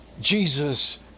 Jesus